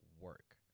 work